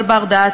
כל בר-דעת,